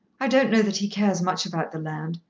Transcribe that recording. i don't know that he cares much about the land.